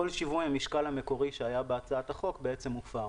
כל שיווי המשקל המקורי שהיה בהצעת החוק, הופר.